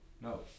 No